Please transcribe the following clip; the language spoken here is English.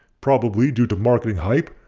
probably due to marketing hype,